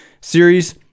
series